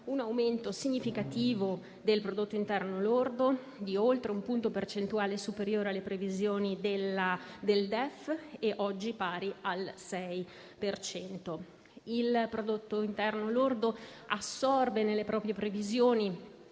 un aumento significativo del prodotto interno lordo di oltre un punto percentuale superiore alle previsioni del DEF, e oggi pari al 6 per cento. Il prodotto interno lordo assorbe nelle proprie previsioni